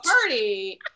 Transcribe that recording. Party